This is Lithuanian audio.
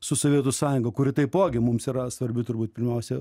su sovietų sąjunga kuri taipogi mums yra svarbi turbūt pirmiausia